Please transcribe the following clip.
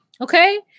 Okay